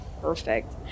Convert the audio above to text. perfect